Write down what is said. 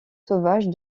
sauvages